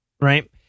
Right